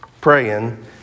praying